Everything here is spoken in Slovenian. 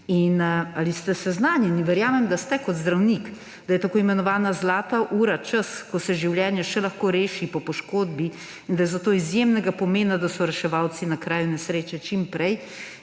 Ali ste seznanjeni, da je tako imenovana zlata ura čas, ko se življenje še lahko reši po poškodbi, in da je zato izjemnega pomena, da so reševalci na kraju nesreče čim prej?